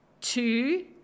two